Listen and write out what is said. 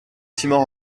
timor